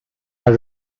her